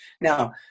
now